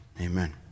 amen